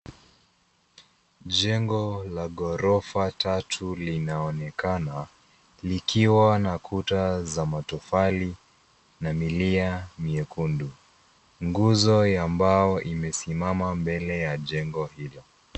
Jengo la ghorofa tatu linaonekana, likiwa na kuta za matofali, na milia miekundu. Nguzo ya mbao, imesimama mbele ya jengo hilo.